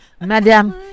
madame